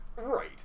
Right